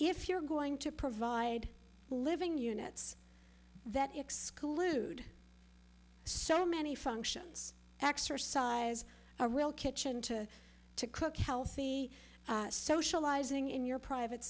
if you're going to provide living units that exclude so many functions exercise our will kitchen to cook healthy socializing in your private